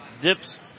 dips